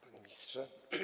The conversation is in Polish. Panie Ministrze!